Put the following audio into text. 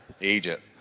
Egypt